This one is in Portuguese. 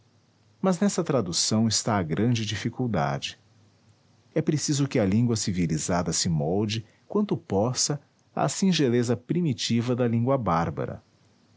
mas nessa tradução está a grande dificuldade é preciso que a língua civilizada se molde quanto possa à singeleza primitiva da língua bárbara